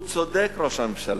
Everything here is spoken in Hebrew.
הוא צודק, ראש הממשלה.